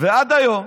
ועד היום